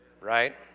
right